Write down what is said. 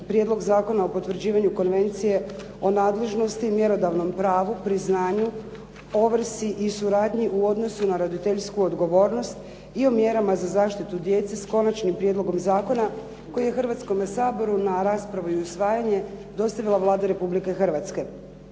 Prijedlog zakona o potvrđivanju Konvencije o nadležnosti i mjerodavnom pravu, priznanju, ovrsi i suradnji u odnosu na roditeljsku odgovornost i o mjerama za zaštitu djece s Konačnim prijedlogom zakona koji je Hrvatskome saboru na raspravu i usvajanje dostavila Vlada Republike Hrvatske.